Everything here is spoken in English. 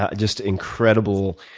ah just incredible,